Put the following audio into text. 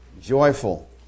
joyful